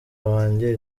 wanjye